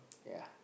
ya